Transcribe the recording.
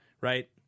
right